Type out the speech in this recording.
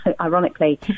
ironically